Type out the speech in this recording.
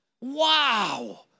Wow